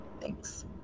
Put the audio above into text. thanks